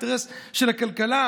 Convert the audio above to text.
אינטרס של הכלכלה.